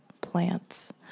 plants